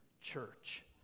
church